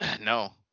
No